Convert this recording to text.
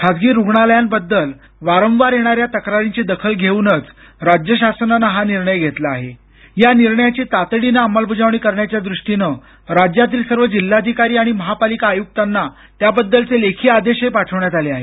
खासगी रुग्णालयांबद्दल वारंवार येणाऱ्या तक्रारींची दखल घेऊनच राज्याशासनानं हा निर्णय घेतला या निर्णयाची तातडीनं अंमलबजावणी करण्याच्या द्रष्टीनं राज्यातील सर्व जिल्हाधिकारी आणि महापालिका आयुक्तांना याबद्दलचे लेखी आदेशही पाठवण्यात आले आहेत